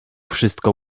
wszystko